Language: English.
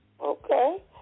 Okay